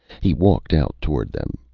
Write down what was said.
he walked out toward them,